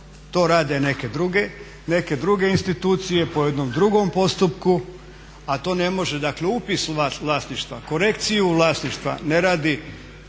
To rade neke druge institucije po jednom drugom postupku a to ne može dakle upis vlasništva, korekciju vlasništva ne radi